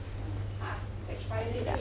ya